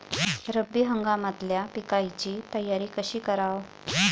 रब्बी हंगामातल्या पिकाइची तयारी कशी कराव?